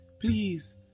Please